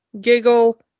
giggle